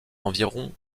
environ